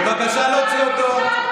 בבקשה להוציא אותו.